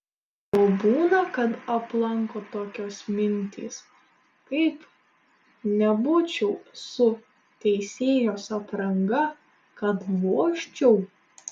o būna kad aplanko tokios mintys kaip nebūčiau su teisėjos apranga kad vožčiau